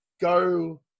go